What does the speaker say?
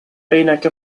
عینک